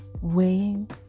weighing